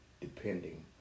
depending